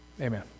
Amen